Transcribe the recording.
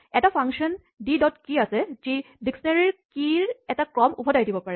এটা function D dot কীচাবি আছে যি ডি ডিস্কনেৰীঅভিধান ৰ কীচাবিৰ এটা ক্ৰম উভতাই দিব পাৰে